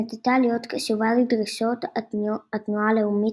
נטתה להיות קשובה לדרישות התנועה הלאומית